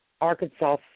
Arkansas